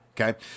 Okay